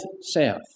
south